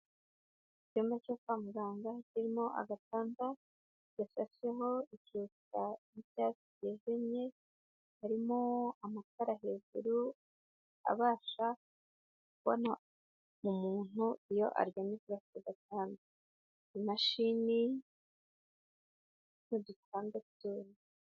Icyumba cyo kwa muganga kirimo agatanda gasheho ishuka y'icyatsi cyijimye, harimo amatara hejuru abasha kubona umuntu iyo aryamye kuri ako gatanga, imashini n'udutanda tundi.